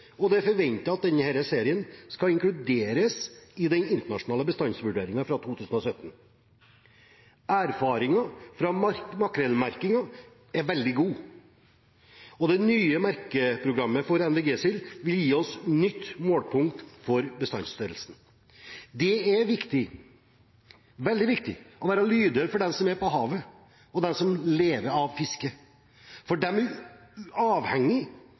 det er forventet at denne serien skal inkluderes i den internasjonale bestandsvurderingen fra 2017. Erfaringen fra makrellmerkingen er veldig god, og det nye merkeprogrammet for NVG-sild vil gi oss et nytt målepunkt for bestandsstørrelsen. Det er veldig viktig å være lydhør overfor dem som er på havet, og overfor dem som lever av fiske. De er avhengige av at det er forutsigbarhet i det som skal høstes fra havet. For